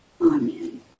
Amen